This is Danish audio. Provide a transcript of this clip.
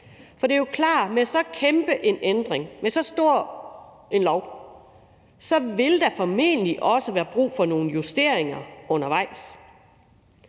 For det er jo klart, at med så kæmpe en ændring og med så stor en lov, vil der formentlig også være brug for nogle justeringer undervejs.